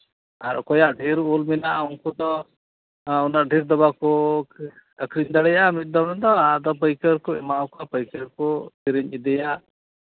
ᱟᱨ ᱚᱠᱚᱭᱟᱜ ᱰᱷᱮᱨ ᱩᱞ ᱢᱮᱱᱟᱜᱼᱟ ᱩᱱᱠᱩ ᱫᱚ ᱩᱱᱟᱹᱜ ᱰᱷᱮᱨ ᱫᱚ ᱵᱟᱠᱚ ᱟᱹᱠᱷᱨᱤᱧ ᱫᱟᱲᱮᱭᱟᱜᱼᱟ ᱢᱤᱫ ᱫᱚᱢ ᱨᱮᱫᱚ ᱟᱫᱚ ᱯᱟᱹᱭᱠᱟᱹᱨ ᱠᱚ ᱮᱢᱟ ᱠᱚᱣᱟ ᱯᱟᱹᱭᱠᱟᱹᱨ ᱠᱚ ᱠᱤᱨᱤᱧ ᱤᱫᱤᱭᱟ